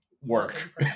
Work